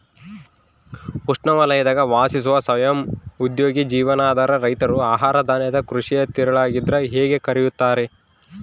ಉಷ್ಣವಲಯದಾಗ ವಾಸಿಸುವ ಸ್ವಯಂ ಉದ್ಯೋಗಿ ಜೀವನಾಧಾರ ರೈತರು ಆಹಾರಧಾನ್ಯದ ಕೃಷಿಯ ತಿರುಳಾಗಿದ್ರ ಹೇಗೆ ಕರೆಯುತ್ತಾರೆ